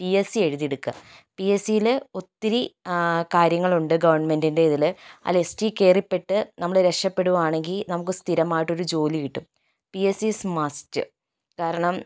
P S C എഴുതിയെടുക്കുക P S സിയില് ഒത്തിരി കാര്യങ്ങളുണ്ട് ഗവൺമെന്റിന്റെ ഇതില് ആ ലിസ്റ്റിൽ കയറിപ്പെട്ട് നമ്മള് രക്ഷപ്പെടുകയാണെങ്കിൽ നമുക്ക് സ്ഥിരമായിട്ട് ഒരു ജോലി കിട്ടും P S C is must കാരണം